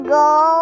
go